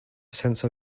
sense